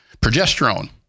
progesterone